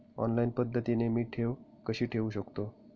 Online पद्धतीने मी ठेव कशी ठेवू शकतो?